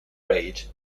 rage